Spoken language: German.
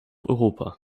europa